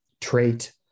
trait